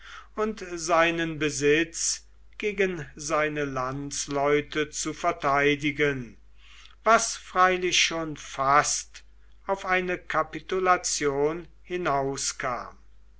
und seinen besitz gegen seine landsleute zu verteidigen was freilich schon fast auf eine kapitulation hinauskam